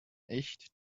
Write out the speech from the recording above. echt